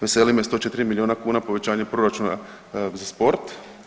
Veseli me 104 milijuna kuna povećanje proračuna za sport.